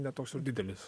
ne toks jau ir didelis